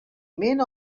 min